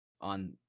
on